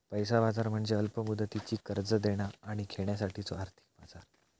पैसा बाजार म्हणजे अल्प मुदतीची कर्जा देणा आणि घेण्यासाठीचो आर्थिक बाजार